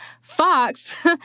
Fox